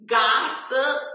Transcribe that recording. gossip